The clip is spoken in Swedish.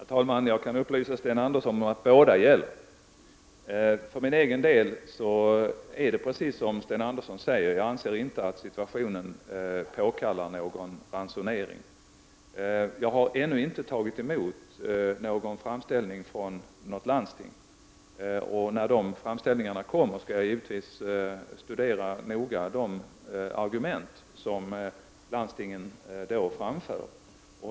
Herr talman! Jag kan upplysa Sten Andersson i Malmö om att båda uttalandena gäller. För min egen del är det precis som Sten Andersson säger. Jag anser inte att situationen påkallar någon ransonering. Jag har ännu inte tagit emot någon framställning från ett landsting. När framställningar kommer skall jag givetvis noga studera de argument som landstingen framför.